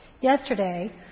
Yesterday